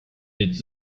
its